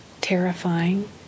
terrifying